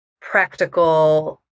practical